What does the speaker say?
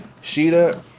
Sheeta